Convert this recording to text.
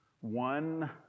one